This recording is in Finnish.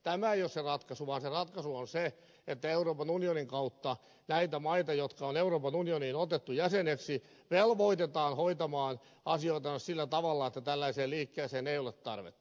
tämä ei ole se ratkaisu vaan se ratkaisu on se että euroopan unionin kautta näitä maita jotka on euroopan unioniin otettu jäseneksi velvoitetaan hoitamaan asioitansa sillä tavalla että tällaiseen liikkeeseen ei ole tarvetta